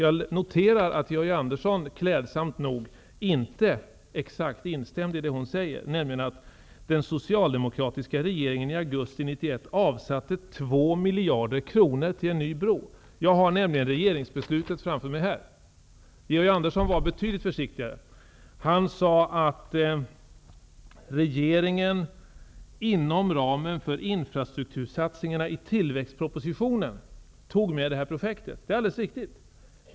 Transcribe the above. Jag noterar att Georg Andersson klädsamt nog inte exakt instämde i vad hon sade, nämligen att den socialdemokratiska regeringen i augusti 1991 avsatte 2 miljarder kronor till en ny bro. Regeringsbeslutet har jag framför mig här. Georg Andersson var alltså betydligt försiktigare. Han sade att regeringen inom ramen för infrastruktursatsningarna i tillväxtpropositionen tog med det här projektet. Det är alldeles riktigt.